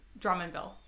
Drummondville